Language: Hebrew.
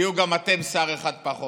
תהיו גם אתם עם שר אחד פחות.